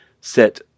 set